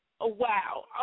Wow